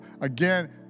again